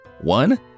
One